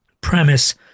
premise